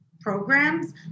programs